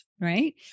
right